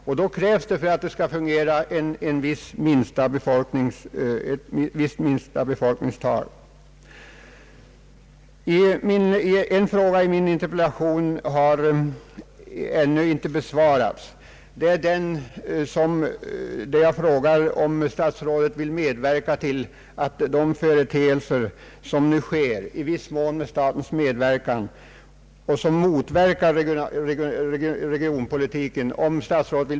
Och för att det skall fungera krävs ett visst minsta befolkningstal. En fråga i min interpellation har ännu inte besvarats. Jag frågade om statsrådet vill medverka till ett stopp för de företeelser som nu sker i samhället — i viss mån med statens medverkan — och som motverkar regionpolitiken.